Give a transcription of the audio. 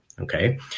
Okay